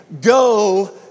go